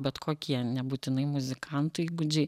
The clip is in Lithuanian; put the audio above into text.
bet kokie nebūtinai muzikantų įgūdžiai